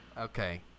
Okay